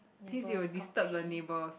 since you will disturb the neighbours